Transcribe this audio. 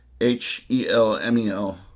h-e-l-m-e-l